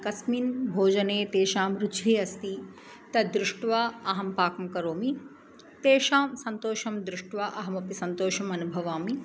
कस्मिन् भोजने तेषां रुचिः अस्ति तद् दृष्ट्वा अहं पाकं करोमि तेषां सन्तोषं दृष्ट्वा अहमपि सन्तोषम् अनुभवामि